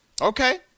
Okay